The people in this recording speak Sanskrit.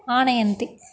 आनयन्ति